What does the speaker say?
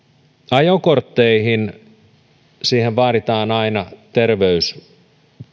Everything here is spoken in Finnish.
ajokortteihin vaaditaan aina että on terveydeltään